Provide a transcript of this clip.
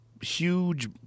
huge